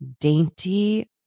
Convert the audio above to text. dainty